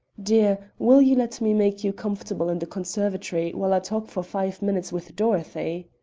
dear, will you let me make you comfortable in the conservatory while i talk for five minutes with dorothy?